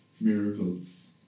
miracles